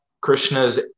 Krishna's